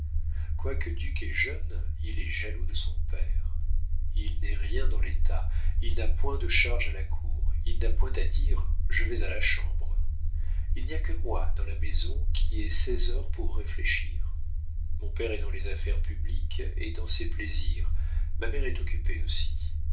quoique duc et jeune il est jaloux de son père il n'est rien dans l'état il n'a point de charge à la cour il n'a point à dire je vais à la chambre il n'y a que moi dans la maison qui ai seize heures pour réfléchir mon père est dans les affaires publiques et dans ses plaisirs ma mère est occupée aussi